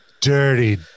Dirty